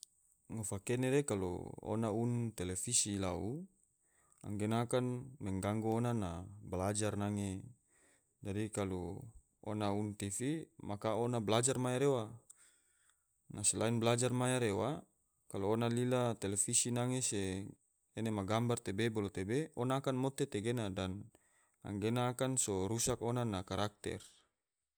Ngofa kene re kalu ona un televisi lau anggena akan mengganggu ona na balajar nange, dadi kalu ona uni tivi ona balajar maya rewa, selain balajar maya rewa, kalu ona lila televisi nange se ene ma gambar tebe bolo tebe ona akan mote tegena dan angena akan so rusak ona na karakter